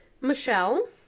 michelle